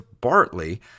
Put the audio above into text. Bartley